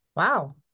Wow